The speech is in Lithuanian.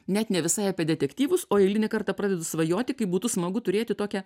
net ne visai apie detektyvus o eilinį kartą pradedu svajoti kaip būtų smagu turėti tokią